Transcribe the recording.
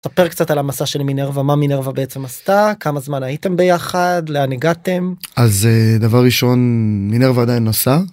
ספר קצת על המסע של מינרווה, מה מינרווה בעצם עשתה, כמה זמן הייתם ביחד, לאן הגעתם? אז דבר ראשון מינרווה עדיין עושה.